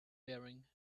bearing